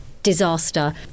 Disaster